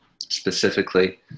specifically